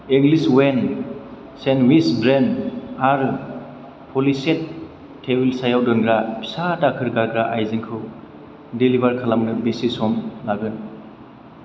English oven sandwich bread आरो पलिसेट table सायाव दोनग्रा फिसा दाखोर गारग्रा आयजेंखौ डेलिभार खालामनो बेसे सम लागोन